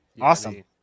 awesome